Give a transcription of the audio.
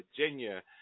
Virginia